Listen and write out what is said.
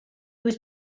was